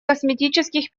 косметических